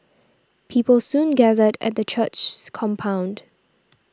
people soon gathered at the church's compound